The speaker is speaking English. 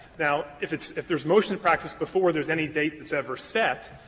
now, if it's if there's motion practice before there's any date that's ever set,